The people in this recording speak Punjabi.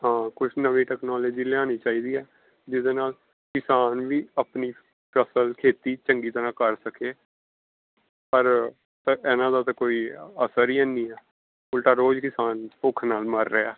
ਹਾਂ ਕੁਛ ਨਵੀਂ ਟੈਕਨੋਲੋਜੀ ਲਿਆਉਣੀ ਚਾਹੀਦੀ ਆ ਜਿਹਦੇ ਨਾਲ ਕਿਸਾਨ ਵੀ ਆਪਣੀ ਫ਼ਸਲ ਖੇਤੀ ਚੰਗੀ ਤਰ੍ਹਾਂ ਕਰ ਸਕੇ ਪਰ ਪਰ ਇਹਨਾਂ ਦਾ ਤਾਂ ਕੋਈ ਅਸਰ ਹੀ ਹੈ ਨਹੀਂ ਆ ਉਲਟਾ ਰੋਜ਼ ਕਿਸਾਨ ਭੁੱਖ ਨਾਲ ਮਰ ਰਿਹਾ